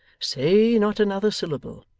say not another syllable.